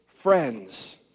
friends